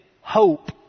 hope